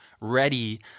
ready